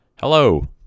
Hello